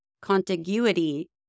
contiguity